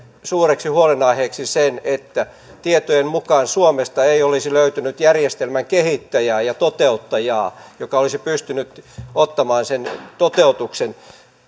suureksi huolenaiheeksi sen että tietojen mukaan suomesta ei olisi löytynyt järjestelmän kehittäjää ja toteuttajaa joka olisi pystynyt ottamaan sen toteutukseen